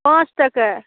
पाँच टके